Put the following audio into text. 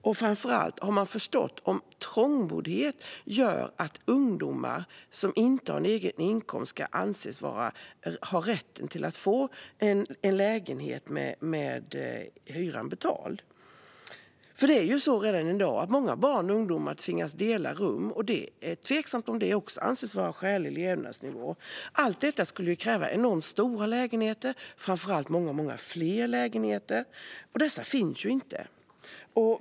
Och framför allt: Har man förstått om trångboddhet gör att ungdomar som inte har en egen inkomst ska anses ha rätt att få en lägenhet med hyran betald? Det är ju redan i dag så att många barn och ungdomar tvingas dela rum, och det är tveksamt om detta anses vara skälig levnadsnivå. Allt detta skulle kräva enormt stora lägenheter och framför allt många fler lägenheter. Dessa finns inte.